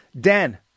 dan